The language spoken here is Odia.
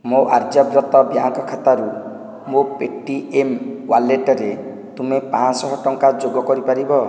ମୋ' ଆର୍ଯ୍ୟବ୍ରତ ବ୍ୟାଙ୍କ ଖାତାରୁ ମୋ' ପେଟିଏମ୍ ୱାଲେଟରେ ତୁମେ ପାଞ୍ଚଶହ ଟଙ୍କା ଯୋଗ କରିପାରିବ